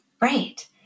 Right